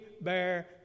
bear